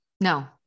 No